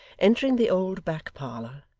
entering the old back-parlour,